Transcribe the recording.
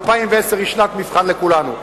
2010 היא שנת מבחן לכולנו.